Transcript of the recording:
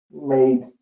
made